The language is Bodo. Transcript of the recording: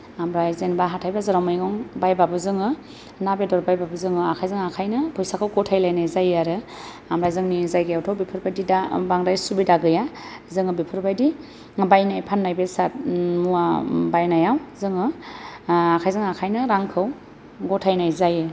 ओमफ्राय जेनबा हाथाय बाजाराव मैगं बायबाबो जोङो ना बेदर बायबाबो जोङो आखायजों आखायनो फैसाखौ गथायलायनाय जायो आरो ओमफ्राय जोंनि जायगायावथ' बेफोरबायदि दा बांद्राय सुबिदा गैया जोङो बेफोरबायदि बायनाय फान्नाय बेसाद मुवा बायनायाव जोङो आखायजों आखायनो रांखौ गथायनाय जायो